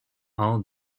i’ll